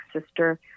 sister